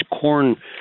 corn